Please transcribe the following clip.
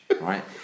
Right